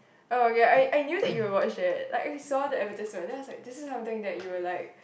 oh ya I I knew that you would watch like I saw the advertisement then I was like this is something that you would like